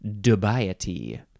dubiety